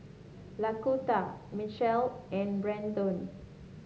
Laquita Mechelle and Brannon